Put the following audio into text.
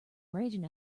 raging